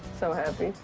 so happy.